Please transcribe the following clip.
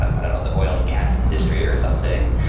i don't know, the oil and gas industry, or something.